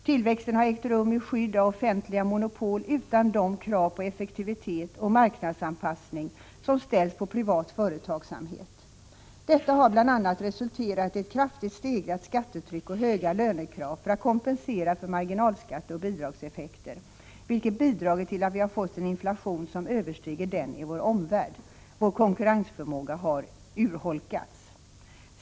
Tillväxten har ägt rum i skydd av offentliga monopol utan de krav på produktivitet, effektivitet och marknadsanpassning som ställs på privat företagsamhet. Detta har bl.a. resulterat i ett kraftigt stegrat skattetryck och höga lönekrav för att kompensera för marginalskatteoch bidragseffekter, vilket har bidragit till att vi har fått en inflation som överstiger den i vår omvärld. Vår konkurrensförmåga har urholkats.